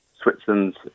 Switzerland's